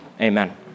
amen